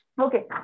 Okay